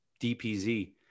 DPZ